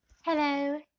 hello